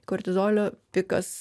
kortizolio pikas